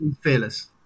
fearless